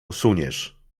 usuniesz